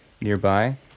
nearby